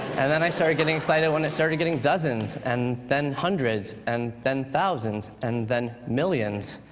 and then i started getting excited when it started getting dozens and then hundreds and then thousands and then millions.